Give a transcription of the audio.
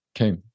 Okay